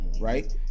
right